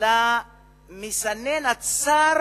למסנן הצר